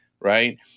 right